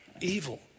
evil